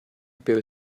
per